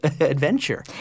adventure